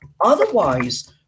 Otherwise